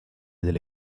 delle